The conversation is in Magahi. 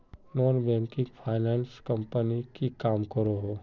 नॉन बैंकिंग फाइनांस कंपनी की काम करोहो?